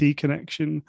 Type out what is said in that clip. connection